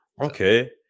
Okay